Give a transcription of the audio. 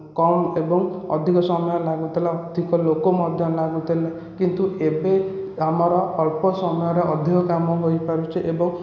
କମ୍ ଏବଂ ଅଧିକ ସମୟ ଲାଗୁଥିଲା ଅଧିକ ଲୋକ ମଧ୍ୟ ଲାଗୁଥିଲେ କିନ୍ତୁ ଏବେ ଆମର ଅଳ୍ପ ସମୟରେ ଅଧିକ କାମ କରିପାରୁଛେ ଏବଂ